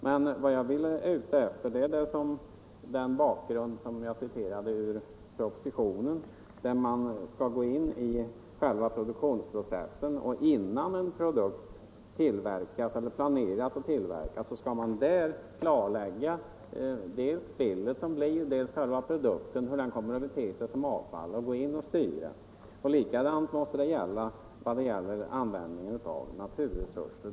Men vad jag är ute efter är att man mot bakgrund av vad jag citerade ur propositionen skall gå in och styra i själva produktionsprocessen genom att innan en produkt planeras och tillverkas klarlägga dels vilket spill den medför, dels hur själva produkten kommer att bete sig som avfall. Detsamma måste gälla användningen av naturresurser.